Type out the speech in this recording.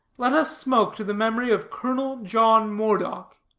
let us smoke to the memory of colonel john moredock